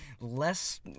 Less